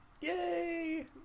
Yay